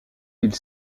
ils